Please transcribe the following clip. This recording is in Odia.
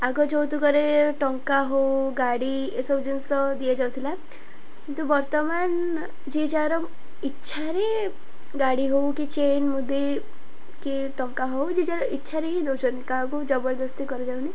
ଆଗ ଯୌତୁକରେ ଟଙ୍କା ହେଉ ଗାଡ଼ି ଏସବୁ ଜିନିଷ ଦିଆଯାଉଥିଲା କିନ୍ତୁ ବର୍ତ୍ତମାନ ଯିଏ ଯାହାର ଇଚ୍ଛାରେ ଗାଡ଼ି ହେଉ କି ଚେନ୍ ମୁଦି କି ଟଙ୍କା ହେଉ ଯିଏ ଯହାର ଇଛାରେ ହିଁ ଦେଉଛନ୍ତି କାହାକୁ ଜବରଦସ୍ତି କରାଯାଉନି